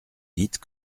dites